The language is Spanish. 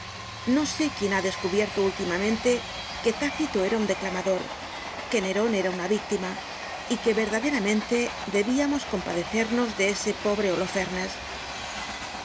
no sé quién ha descubierto últimamente que tácito era un declamador que neron era una víctima y que verdaderamente debíamos compadecernos de ese pobre